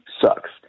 sucks